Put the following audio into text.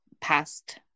past